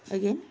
again